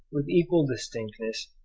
with equal distinctness,